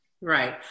right